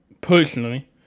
Personally